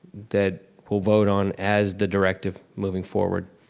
that we'll vote on as the directive moving forward.